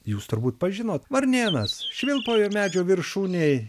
jūs turbūt pažinot varnėnas švilpauja medžio viršūnėj